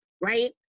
right